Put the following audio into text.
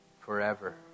forever